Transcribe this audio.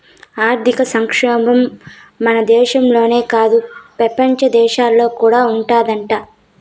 ఆర్థిక సంక్షోబం మన దేశంలోనే కాదు, పెపంచ దేశాల్లో కూడా ఉండాదట